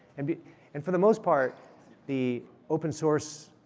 and but and for the most part the open source,